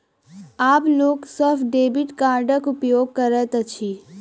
आब लोक सभ डेबिट कार्डक उपयोग करैत अछि